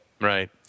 Right